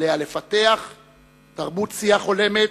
עליה לפתח תרבות שיח הולמת.